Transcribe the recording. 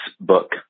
book